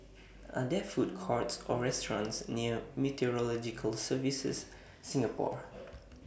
Are There Food Courts Or restaurants near Meteorological Services Singapore